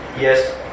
yes